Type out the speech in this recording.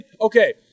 okay